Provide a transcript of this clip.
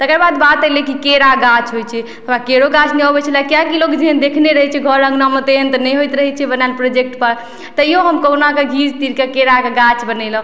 तकरबाद बात एलय कि केरा गाछ होइ छै हमरा केरो गाछ नहि अबय छलै किएक की लोक जहन देखने रहय छै घर अङ्गनामे तेहन तऽ नहि होइत रहय छै बनायल प्रोजेक्टपर तैयौ हम कहुनाके घीच तीरके केराके गाछ बनेलहुँ